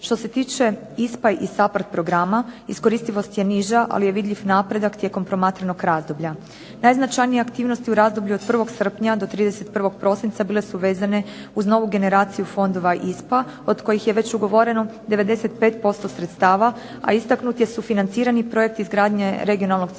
Što se tiče ISPA i SAPARD programa iskoristivost je niža, ali je vidljiv napredak tijekom promatranog razdoblja. Najznačajnije aktivnosti u razdoblju od 1. srpnja do 31. prosinca bile su vezane uz novu generaciju fondova ISPA od kojih je već ugovoreno 95% sredstava, a istaknuti su financirani projekti izgradnje Regionalnog centra Bikarac